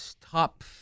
top